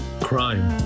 Crime